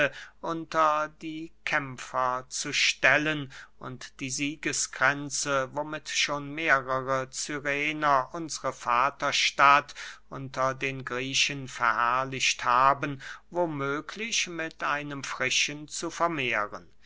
unter die kämpfer zu stellen und die siegeskränze womit schon mehrere cyrener unsre vaterstadt unter den griechen verherrlicht haben wo möglich mit einem frischen zu vermehren